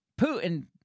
Putin